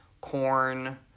corn